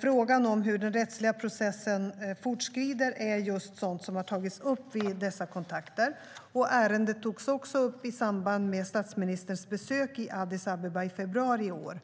Frågan om hur den rättsliga processen fortskrider är just sådant som har tagits upp vid dessa kontakter. Ärendet togs också upp i samband med statsministerns besök i Addis Abeba i februari i år.